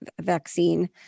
vaccine